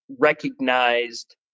recognized